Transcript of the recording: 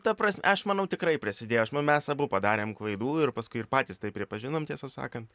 ta pras aš manau tikrai prisidėjo aš ma mes abu padarėm klaidų ir paskui ir patys tai pripažinom tiesą sakant